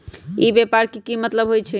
ई व्यापार के की मतलब होई छई?